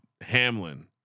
Hamlin